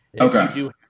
Okay